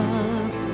up